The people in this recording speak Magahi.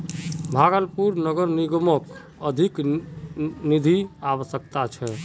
भागलपुर नगर निगमक अधिक निधिर अवश्यकता छ